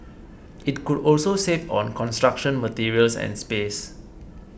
it could also save on construction materials and space